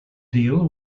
deal